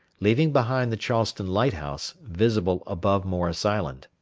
leaving behind the charleston lighthouse, visible above morris island.